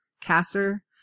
Caster